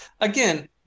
again